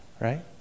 Right